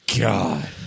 God